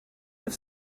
have